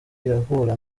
irahura